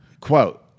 Quote